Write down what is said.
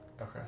Okay